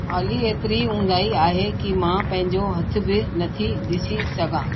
ऑली एतिरी ऊंधाइ आहे कि मां पंहिंजो हथ बि नथी ॾिसी सघां